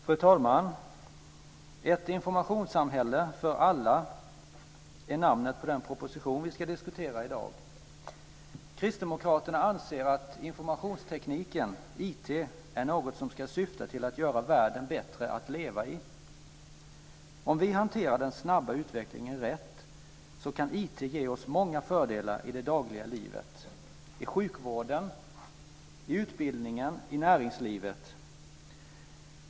Fru talman! Ett informationssamhälle för alla är namnet på den proposition vi ska diskutera i dag. Kristdemokraterna anser att informationstekniken - IT - är något som ska syfta till att göra världen bättre att leva i. Om vi hanterar den snabba utvecklingen rätt kan IT ge oss många fördelar i det dagliga livet, i sjukvården, i utbildningen, i näringslivet.